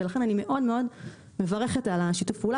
ולכן אני מאוד מאוד מברכת על שיתוף הפעולה